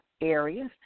areas